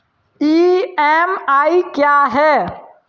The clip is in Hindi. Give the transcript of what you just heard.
ई.एम.आई क्या है?